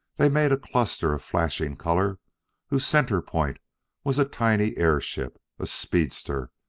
they made a cluster of flashing color whose center point was a tiny airship, a speedster,